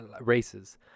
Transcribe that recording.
races